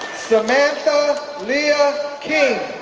samantha lea ah king,